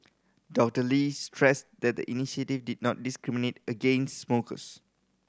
Doctor Lee stressed that the initiative did not discriminate against smokers